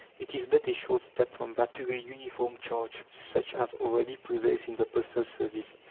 it is but a short step from that to a uniform charge, such as already prevails in the postal service.